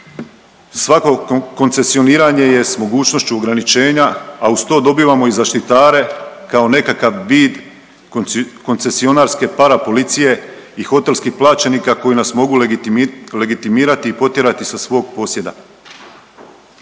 Svako koncesioniranje je s mogućnošću ograničenja, a uz to dobivamo i zaštitare kao nekakav vid koncesionarske para policije i hotelskih plaćenika koji nas mogu legitimirati i potjerati sa svog posjeda.